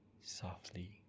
softly